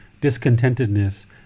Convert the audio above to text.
discontentedness